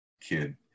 kid